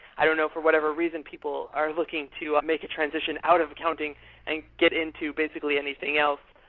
i don't know, for whatever reason, people are looking to make a transition out of accounting and get into, basically, anything else,